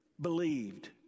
believed